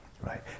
right